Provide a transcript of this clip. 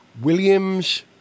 Williams